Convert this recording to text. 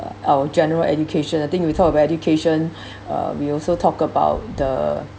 our general education I think we talk about education uh we also talk about the